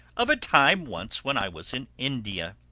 of a time once when i was in india.